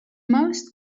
most